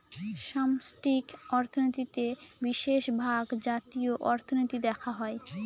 সামষ্টিক অর্থনীতিতে বিশেষভাগ জাতীয় অর্থনীতি দেখা হয়